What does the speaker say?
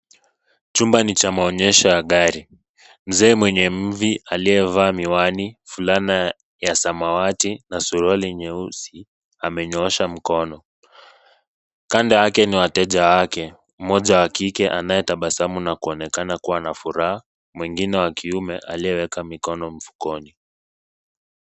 Chumba ni cha maonyesha ya gari. Mzee mwenye mvi aliyevaa miwani, fulana ya samawati na suruali nyeusi amenyoosha mkono. Kando yake ni wateja wake, mmoja wa kike anaye tabasamu na kuonekana kuwa na furaha , mwingine wa kiume alieweka mikono mfukoni.